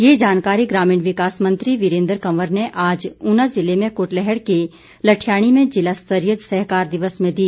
ये जानकारी ग्रामीण विकास मंत्री वीरेन्द्र कंवर ने आज ऊना ज़िले में कुटलैहड़ के लठियाणी में ज़िलास्तरीय सहकार दिवस में दी